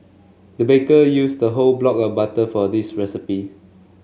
the baker used the whole block of butter for this recipe